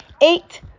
Eight